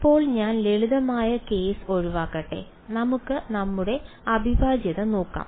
ഇപ്പോൾ ഞാൻ ലളിതമായ കേസ് ഒഴിവാക്കട്ടെ നമുക്ക് നമ്മുടെ അവിഭാജ്യത നോക്കാം